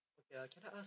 ya can I ask